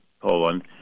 Poland